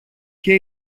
και